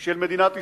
של מדינת ישראל,